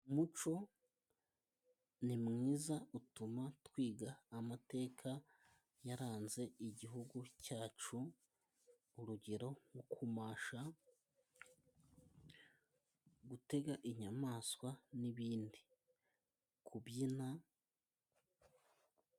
Umuco ni mwiza utuma twiga amateka yaranze igihugu cyacu. Urugero nko kumasha, gutega inyamaswa n'ibindi kubyina